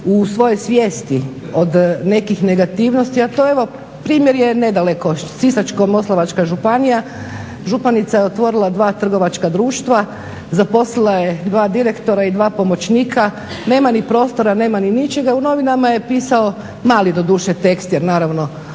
u svojoj svijesti od nekih negativnosti, a to evo primjer je nedaleko Sisačko-moslavačka županija. Županica je otvorila dva trgovačka društva, zaposlila je dva direktora i dva pomoćnika, nema ni prostora nema ničega ali u novinama je pisalo mali doduše tekst jer naravno